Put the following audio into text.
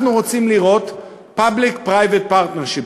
אנחנו רוצים לראות public private partnership,